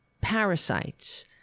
parasites